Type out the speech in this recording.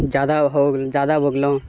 ज्यादा हो गेलऽ